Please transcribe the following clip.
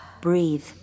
breathe